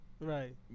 Right